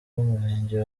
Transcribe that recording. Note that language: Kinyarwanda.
w’umurenge